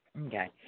Okay